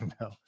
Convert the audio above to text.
no